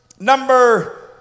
Number